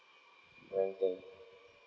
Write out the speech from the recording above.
renting